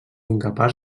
incapaç